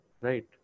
Right